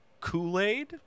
kool-aid